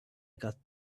got